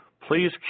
please